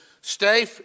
stay